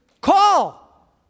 Call